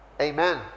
Amen